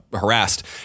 harassed